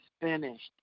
finished